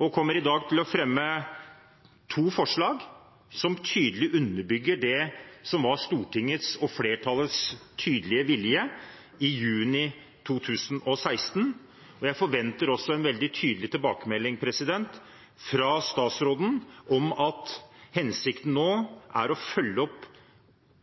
og kommer i dag til å fremme to forslag som tydelig underbygger det som var Stortingets og flertallets tydelige vilje i juni 2016. Jeg forventer også en veldig tydelig tilbakemelding fra statsråden om at hensikten nå er å følge opp